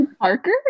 Parker